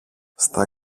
στα